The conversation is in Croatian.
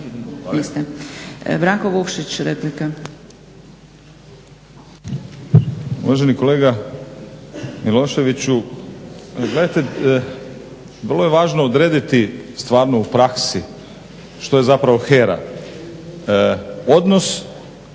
Branko Vukšić, replika.